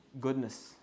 goodness